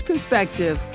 perspective